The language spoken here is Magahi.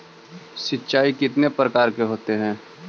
सिंचाई कितने प्रकार के होते हैं?